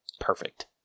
perfect